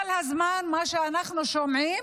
כל הזמן מה שאנחנו שומעים,